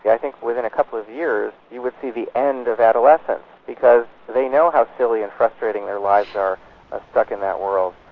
i think within a couple of years you would see the end of adolescence because they know how silly and frustrating their lives are ah stuck in that world.